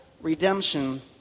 redemption